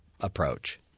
approach